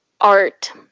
art